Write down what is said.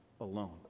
alone